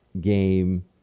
game